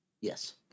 Yes